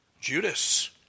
Judas